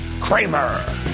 Kramer